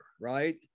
right